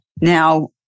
Now